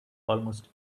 almost